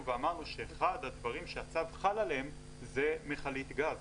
ואמרנו שאחד הדברים שהצו חל עליהם זה מכלית גז